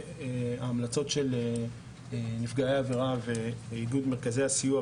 וההמלצות של נפגעי העבירה ואיגוד מרכזי הסיוע,